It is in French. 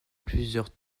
plusieurs